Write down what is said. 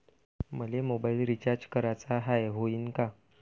मले mobile recharge कराचा हाय, होईनं का?